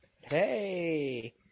Hey